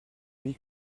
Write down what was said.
lui